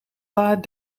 paar